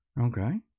Okay